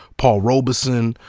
paul robeson,